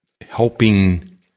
helping